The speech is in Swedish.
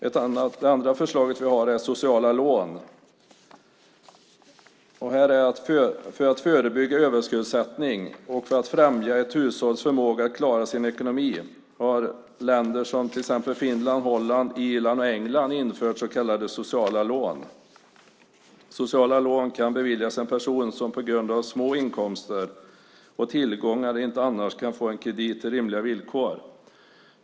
Ett annat förslag som vi har gäller sociala lån. För att förebygga överskuldsättning och för att främja ett hushålls förmåga att klara sin ekonomi har länder som Finland, Holland, Irland och England infört så kallade sociala lån. Sociala lån kan beviljas en person som på grund av små inkomster och tillgångar inte annars kan få en kredit till rimliga villkor.